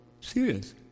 serious